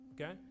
Okay